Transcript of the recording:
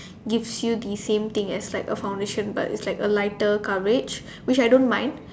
gives you the same thing as like a foundation but it's like a lighter coverage which I don't mind